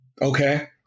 Okay